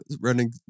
running